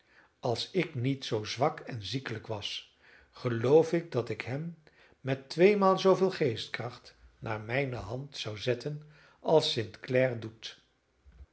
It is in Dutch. als ik niet zoo zwak en ziekelijk was geloof ik dat ik hen met tweemaal zooveel geestkracht naar mijne hand zou zetten als st clare doet